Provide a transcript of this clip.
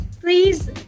Please